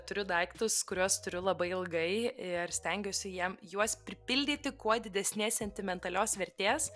turiu daiktus kuriuos turiu labai ilgai ir stengiuosi jiem juos pripildyti kuo didesnės sentimentalios vertės